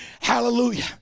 Hallelujah